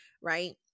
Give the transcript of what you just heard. Right